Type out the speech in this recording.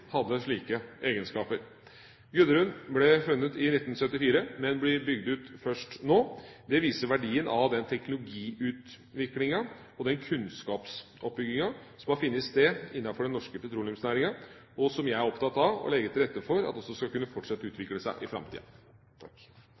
hadde slike egenskaper. Gudrun ble funnet i 1974, men blir bygd ut først nå. Det viser verdien av den teknologiutviklinga og den kunnskapsoppbygginga som har funnet sted innenfor den norske petroleumsnæringa, og som jeg er opptatt av å legge til rette for at skal kunne fortsette å utvikle seg også i framtida.